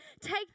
take